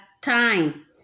time